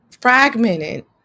fragmented